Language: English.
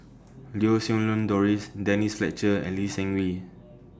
Lau Siew Lang Doris Denise Fletcher and Lee Seng Wee